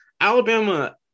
Alabama